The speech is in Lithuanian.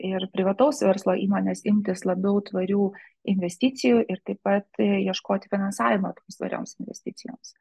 ir privataus verslo įmones imtis labiau tvarių investicijų ir taip pat ieškoti finansavimo tvarioms investicijoms